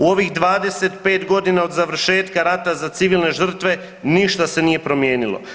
U ovih 25 godina od završetka rada za civilne žrtve ništa se nije promijenilo.